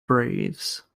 braves